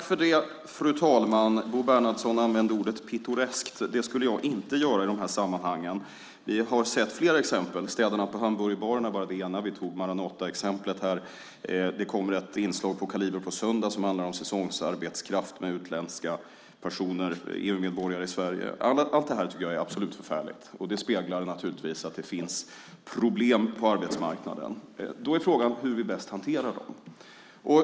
Fru talman! Bo Bernhardsson använde ordet pittoresk. Det skulle jag inte göra i dessa sammanhang. Vi har sett flera exempel; städarna på hamburgerbaren är bara ett. Vi nämnde Maranataexemplet och på söndag kommer ett inslag i P 1-programmet Kaliber som handlar om säsongsarbetskraft bestående av utländska personer, EU-medborgare, i Sverige. Allt det är absolut förfärligt, och det visar att det finns problem på arbetsmarknaden. Då är frågan hur vi bäst hanterar dem.